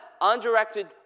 undirected